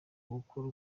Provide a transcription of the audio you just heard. gukora